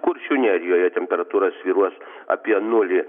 kuršių nerijoje temperatūra svyruos apie nulį